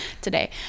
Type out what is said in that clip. today